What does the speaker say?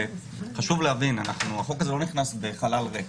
וחשוב להבין שהחוק הזה לא נכנס בחלל ריק.